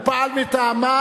הוא פעל מטעמה,